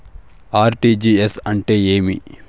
RTGS అంటే ఏమి